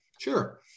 Sure